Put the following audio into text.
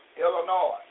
Illinois